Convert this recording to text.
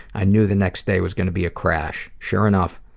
i knew the next day was gonna be a crash. sure enough,